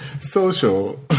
Social